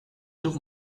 took